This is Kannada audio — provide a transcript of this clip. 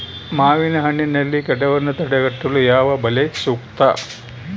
ಮಾವಿನಹಣ್ಣಿನಲ್ಲಿ ಕೇಟವನ್ನು ತಡೆಗಟ್ಟಲು ಯಾವ ಬಲೆ ಸೂಕ್ತ?